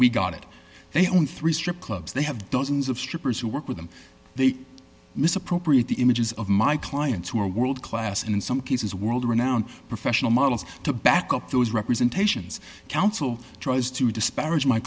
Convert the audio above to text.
we got it they own three strip clubs they have dozens of strippers who work and they misappropriate the images of my clients who are world class and in some cases world renowned professional models to back up those representations counsel tries to disparag